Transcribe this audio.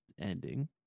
ending